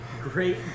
great